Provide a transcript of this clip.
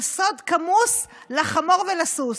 זה סוד כמוס לחמור ולסוס,